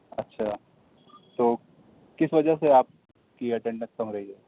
اچھا تو کس وجہ سے آپ کی اٹینڈینس کم رہی ہے